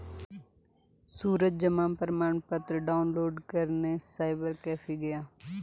सूरज जमा प्रमाण पत्र डाउनलोड करने साइबर कैफे गया